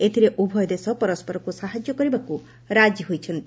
ଏଥିରେ ଉଭୟ ଦେଶ ପରସ୍କରକୁ ସାହାଯ୍ୟ କରିବାକୁ ରାଜି ହୋଇଛନ୍ତି